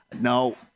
No